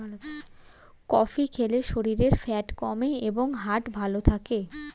coffee খেলে শরীরের fat কমে এবং হার্ট ভালো থাকে